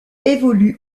évolue